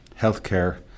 healthcare